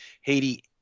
Haiti